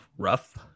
Rough